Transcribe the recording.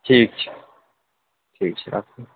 ठीक छै ठीक छै राखु